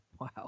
Wow